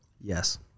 Yes